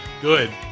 Good